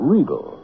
Regal